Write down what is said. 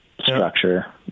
structure